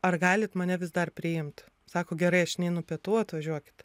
ar galit mane vis dar priimt sako gerai aš neinu pietų atvažiuokit